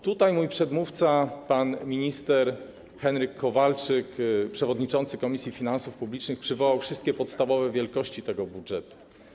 Tutaj mój przedmówca pan minister Henryk Kowalczyk, przewodniczący Komisji Finansów Publicznych, przywołał wszystkie podstawowe wielkości tego budżetu.